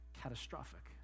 catastrophic